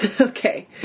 Okay